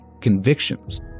convictions